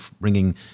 bringing